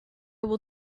will